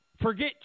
forget